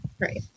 Right